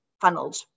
funneled